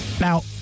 Now